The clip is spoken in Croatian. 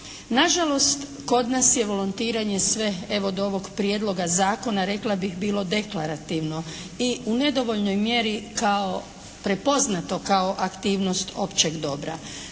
Na žalost kod nas je volontiranje sve evo do ovog prijedloga zakona rekla bih bilo deklarativno i u nedovoljnoj mjeri kao, prepoznato kao aktivnost općeg dobra.